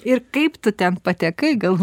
ir kaip tu ten patekai gal